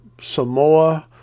Samoa